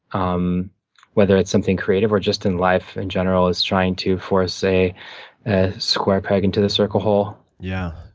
um whether it's something creative or just in life in general, is trying to force a ah square peg into the circle hole. yeah,